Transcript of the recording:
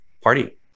party